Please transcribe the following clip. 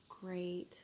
great